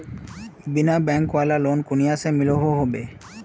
बिना बैंक वाला लोन कुनियाँ से मिलोहो होबे?